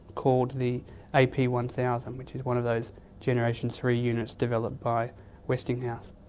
called the ap one thousand, which is one of those generation three units developed by westinghouse.